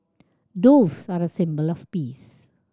doves are the symbol of peace